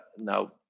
Now